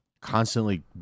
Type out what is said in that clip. constantly